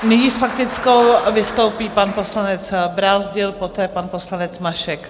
Nyní s faktickou vystoupí pan poslanec Brázdil, poté pan poslanec Mašek.